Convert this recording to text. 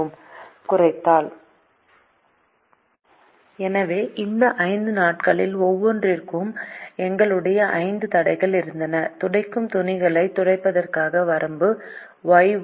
குறைத்தல் n Zc∑ i1 i n−p Xia∑ i1 i Y i i ∑ j1 X j ∑ jp 1 Y j≥∑ j1 di∀i எனவே இந்த 5 நாட்களில் ஒவ்வொன்றிற்கும் எங்களுடைய 5 தடைகள் இருந்தன துடைக்கும் துணிகளை துடைப்பதற்கான வரம்பு Yi ≤ di